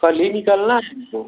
कल ही निकलना है हमको